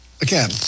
Again